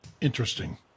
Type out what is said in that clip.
interesting